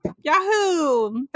Yahoo